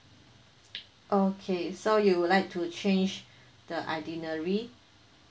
okay so you would like to change the itinerary